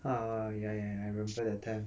ah ya ya ya I remember that time